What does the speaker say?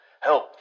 help